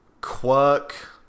quirk